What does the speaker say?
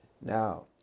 Now